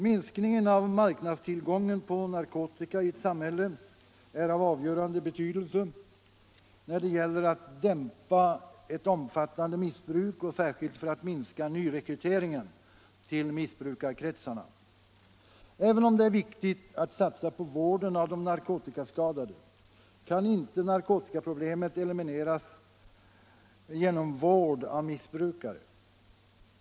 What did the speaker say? Minskningen av marknadstillgången på narkotika i ett samhälle är av avgörande betydelse när det gäller att dämpa ett omfattande missbruk och särskilt för att minska nyrekryteringen till missbrukarkretsarna. Även om det är viktigt att satsa på vården av de narkotikaskadade kan narkotikaproblemet inte elimineras genom vård av missbrukare.